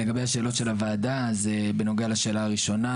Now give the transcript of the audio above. לגבי השאלות של הוועדה, השאלה הראשונה